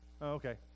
okay